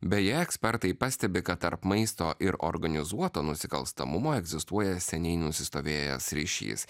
beje ekspertai pastebi kad tarp maisto ir organizuoto nusikalstamumo egzistuoja seniai nusistovėjęs ryšys